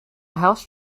house